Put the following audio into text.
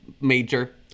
major